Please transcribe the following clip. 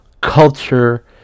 culture